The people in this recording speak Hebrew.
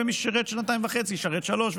ומי ששירת שנתיים וחצי ישרת שלוש,